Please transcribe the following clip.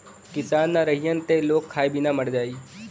किसान ना रहीहन त लोग खाए बिना मर जाई